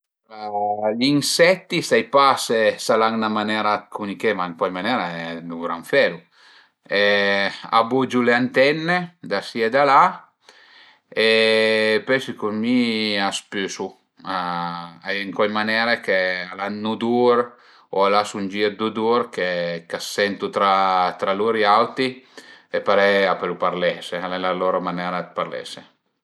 Gli inseitti sai pa s'al an 'na manera dë cumüniché, ma ën cuai manere duvran felu e a bugiu le antenne da si e da la e pöi secund mi a spüsu, a ie cuai manere ch'al an ün udur o a lasu ën gir d'udur che ch'a sentu tra tra lur auti e parei a pölu parlese, al e lur manera dë parlese